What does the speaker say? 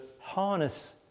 harness